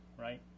right